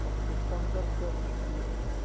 और कुछ कम कर कर देंगी